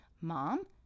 Mom